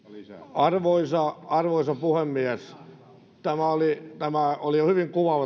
arvoisa arvoisa puhemies tämä pääministerin puheenvuoro oli hyvin kuvaava